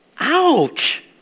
Ouch